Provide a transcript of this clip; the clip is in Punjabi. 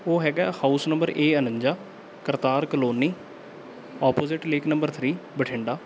ਉਹ ਹੈਗਾ ਹਾਊਸ ਨੰਬਰ ਏ ਉਣੰਜਾ ਕਰਤਾਰ ਕਲੋਨੀ ਓਪੋਜਿਟ ਲੀਕ ਨੰਬਰ ਥ੍ਰੀ ਬਠਿੰਡਾ